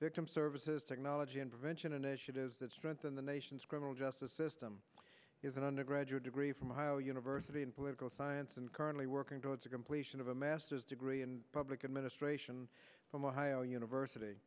treatment services technology and prevention initiatives that strengthen the nation's criminal justice system is an undergraduate degree from ohio university in political science and currently working towards a completion of a master's degree in public administration from ohio university